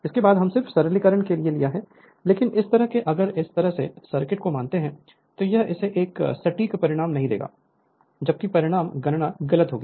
उसके बाद हम सिर्फ सरलीकरण के लिए हैं लेकिन इस तरह के अगर इस तरह के सर्किट को मानते हैं तो यह इसे सटीक परिणाम नहीं देगा जबकि परिणाम गणना गलत होगी